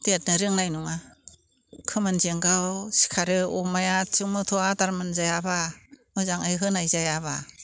देरनो रोंनाय नङा खोमोन जेंगाव सिखारो अमाया थिग मथन' आदार मोनजायाब्ला मोजाङै होनाय जायाब्ला